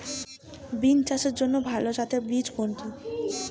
বিম চাষের জন্য ভালো জাতের বীজ কোনটি?